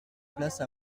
place